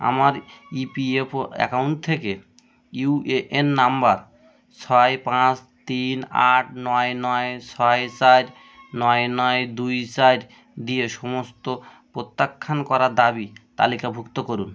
আমার EPFO account থেকে UAN number ছয় পাঁচ তিন আট নয় নয় ছয় চার নয় নয় দুই চার দিয়ে সমস্ত প্রত্যাখ্যান করা দাবি তালিকাভুক্ত করুন